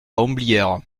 homblières